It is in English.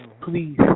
Please